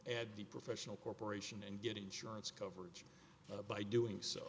the professional corporation and get insurance coverage by doing so